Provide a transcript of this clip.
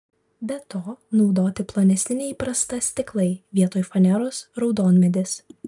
be to naudoti plonesni nei įprasta stiklai vietoj faneros raudonmedis